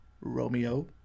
Romeo